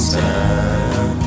time